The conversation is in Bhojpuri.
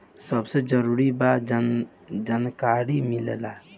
सबसे जरूरी बा जानकारी मिलल